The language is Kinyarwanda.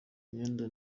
myenda